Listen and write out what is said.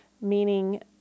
meaning